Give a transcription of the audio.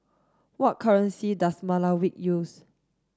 what currency does Malawi use